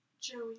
Joey